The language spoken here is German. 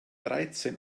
dreizehn